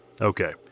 Okay